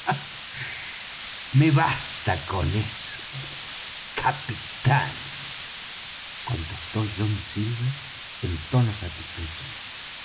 me basta con eso capitán contestó john silver en tono satisfecho